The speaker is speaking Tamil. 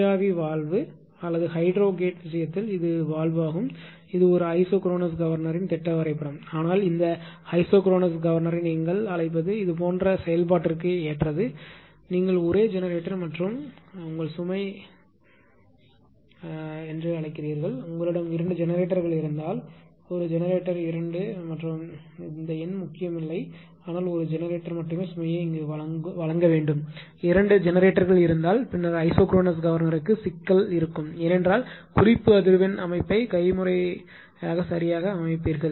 நீராவி வால்வு அல்லது ஹைட்ரோகேட் விஷயத்தில் இது வால்வு ஆகும் இது ஒரு ஐசோக்ரோனஸ் கவர்னரின் திட்ட வரைபடம் ஆனால் இந்த ஐசோக்ரோனஸ் கவர்னரை நீங்கள் அழைப்பது இது போன்ற செயல்பாட்டிற்கு ஏற்றது நீங்கள் ஒரே ஒரு ஜெனரேட்டர் மற்றும் நீங்கள் அழைப்பது உங்கள் சுமை என்று நீங்கள் அழைப்பது உங்களிடம் இரண்டு ஜெனரேட்டர்கள் இருந்தால் ஒரு ஜெனரேட்டர் இரண்டு மற்றும் எண் முக்கியமல்ல ஆனால் ஒரு ஜெனரேட்டர் மட்டுமே சுமை வழங்க வேண்டும் இரண்டு ஜெனரேட்டர்கள் இருந்தால் பின்னர் ஐசோக்ரோனஸ் கவர்னருக்கு சிக்கல் இருக்கும் ஏனென்றால் குறிப்பு அதிர்வெண் அமைப்பை கைமுறையாக யாக அமைப்பீர்கள்